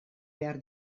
behar